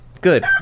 Good